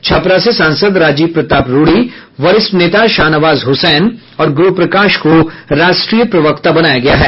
छपरा से सांसद राजीव प्रताप रूडी वरिष्ठ नेता शाहनवाज हुसैन और गुरूप्रकाश को राष्ट्रीय प्रवक्ता बनाया गया है